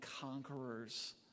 conquerors